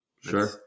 Sure